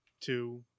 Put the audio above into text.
two